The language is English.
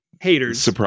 haters